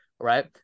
Right